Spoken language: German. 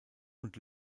und